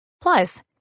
Plus